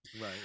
Right